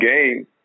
game